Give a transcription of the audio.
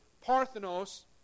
parthenos